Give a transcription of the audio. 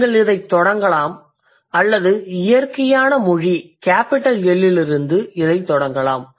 நீங்கள் இதைத் தொடங்கலாம் அல்லது இயற்கையான மொழி கேபிடல் எல் லிருந்து இதைத் தொடங்கலாம்